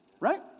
Right